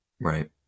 Right